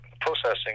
processing